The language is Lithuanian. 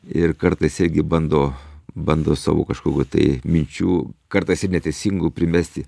ir kartais irgi bando bando savo kažkokių tai minčių kartais ir neteisingų primesti